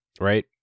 right